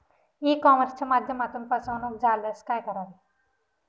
E कॉमर्सच्या माध्यमातून फसवणूक झाल्यास काय करावे?